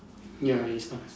ya it is not